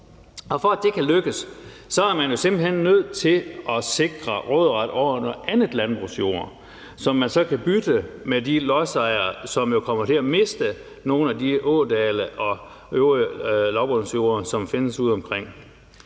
for at det kan lykkes, er man jo simpelt hen nødt til at sikre råderet over noget andet landbrugsjord, som man så kan bytte med de lodsejere, som jo kommer til at miste nogle af de ådale og øvrige lavbundsjorder, som findes udeomkring.